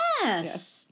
Yes